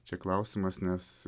čia klausimas nes